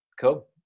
cool